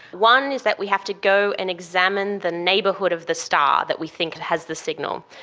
one is that we have to go and examine the neighbourhood of the star that we think has the signal.